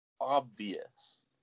obvious